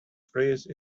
freeze